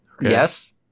Yes